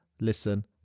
Listen